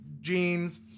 jeans